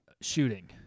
shooting